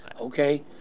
Okay